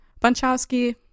Bunchowski